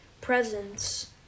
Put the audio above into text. presents